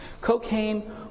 Cocaine